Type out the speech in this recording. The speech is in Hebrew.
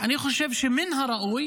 אני חושב שמן הראוי